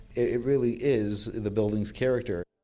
it really is the building's character